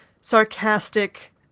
sarcastic